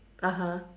(uh huh)